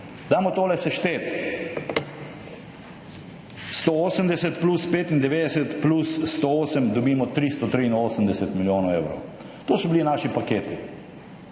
Dajmo tole sešteti. 180 plus 95 plus 108, dobimo 383 milijonov evrov. To so bili naši paketi.